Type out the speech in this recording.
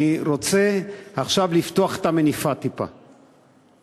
אני רוצה עכשיו לפתוח את המניפה טיפה: